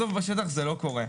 בשטח זה לא קורה.